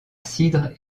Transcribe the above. cidre